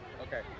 Okay